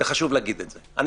שחשוב להגיד את זה: תראה,